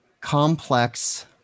complex